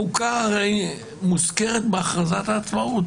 החוקה הרי מוזכרת בהכרזת העצמאות,